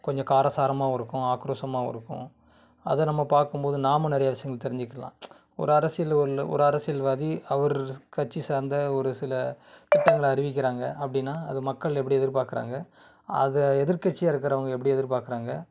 கொஞ்சம் கார சாரமாகவும் இருக்கும் ஆக்ரோஷமாகவும் இருக்கும் அதை நம்ம பார்க்கும்போது நாமும் நிறைய விஷயங்கள் தெரிஞ்சிக்கலாம் ஒரு அரசியல் உள்ள ஒரு அரசியல்வாதி அவர் கட்சி சார்ந்த ஒரு சில திட்டங்களை அறிவிக்கிறாங்கள் அப்படின்னா அதை மக்கள் எப்படி எதிர் பார்க்குறாங்க அதை எதிர் கட்சியாக இருக்கிறவங்க எப்படி எதிர் பார்க்குறாங்க